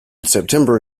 september